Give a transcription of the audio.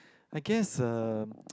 I guess uh